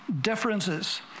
differences